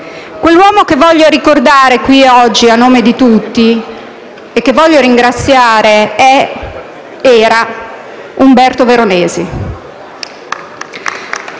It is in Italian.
Quell'uomo che voglio ricordare qui oggi, a nome di tutti, e che voglio ringraziare, era Umberto Veronesi.